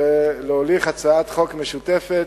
ולהוליך הצעת חוק משותפת,